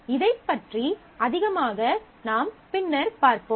இதைப் பற்றி அதிகமாக நாம் பின்னர் பார்ப்போம்